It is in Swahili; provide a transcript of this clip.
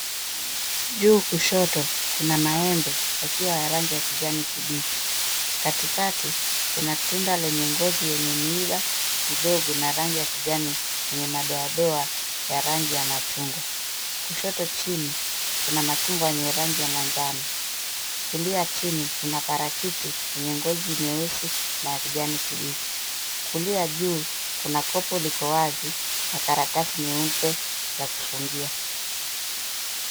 Juu kushoto kuna maembe yakiwa ya rangi ya kijani kibichi, katikati kuna tunda lenye ngozi yenye miiba midogo na rangi ya kijani yenye madoadoa ya rangi ya machungwa, kushoto chini kuna machungwa yenye rangi ya manjano, kulia chini kuna parachichi yenye ngozi ya nyeusi na ya kijani kibichi , kulia juu kuna kopo liko wazi na karatasi nyeupe za kufungia.